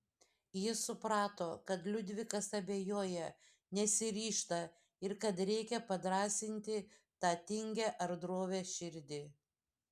ji suprato kad liudvikas abejoja nesiryžta ir kad reikia padrąsinti tą tingią ar drovią širdį